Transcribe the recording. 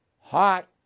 Hot